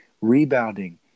Rebounding